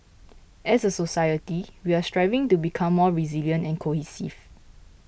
as a society we are striving to become more resilient and cohesive